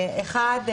אחת,